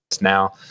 now